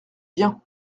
bien